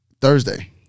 Thursday